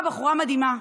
הבחורה, בחורה מדהימה,